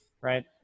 Right